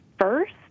first